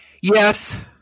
Yes